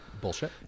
bullshit